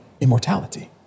immortality